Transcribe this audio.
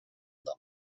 den